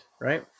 right